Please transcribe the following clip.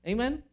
Amen